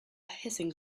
hissing